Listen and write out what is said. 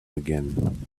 again